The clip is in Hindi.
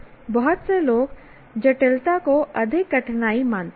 बहुत से लोग जटिलता को अधिक कठिनाई मानते हैं